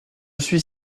suis